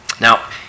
Now